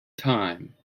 time